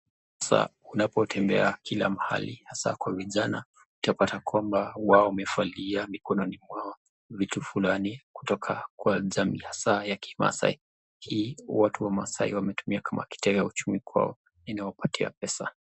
Unapotembea kila mahali haswa kwa vijana utapata kwamba wao wamevalia mikononi mwao utapata wamevalia kitu fulani kutoka jamii ya kimasai,. Hii watu wa masai wametumia kama kitega uchumi kwao ambapo inawapatia pesa.